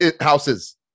Houses